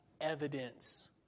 evidence